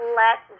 let